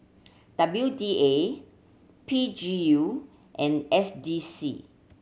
W D A P G U and S D C